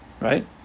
Right